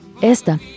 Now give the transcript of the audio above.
Esta